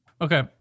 Okay